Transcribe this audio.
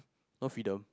no freedom